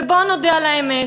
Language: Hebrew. ובואו נודה על האמת,